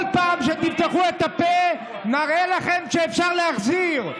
כל פעם שתפתחו את הפה, נראה לכם שאפשר להחזיר.